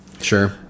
Sure